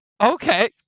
Okay